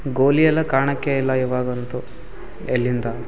ಗೋಲಿ ಎಲ್ಲ ಕಾಣಕ್ಕೇ ಇಲ್ಲ ಇವಾಗಂತೂ ಎಲ್ಲಿಂದ